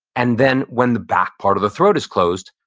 and then, when the back part of the throat is closed,